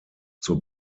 zur